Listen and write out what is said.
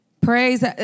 Praise